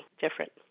different